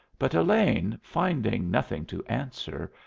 but elaine, finding nothing to answer,